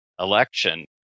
Election